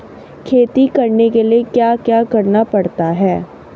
खेती करने के लिए क्या क्या करना पड़ता है?